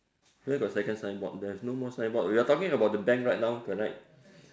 where got second signboard there is no more signboard we are talking about the bank right now correct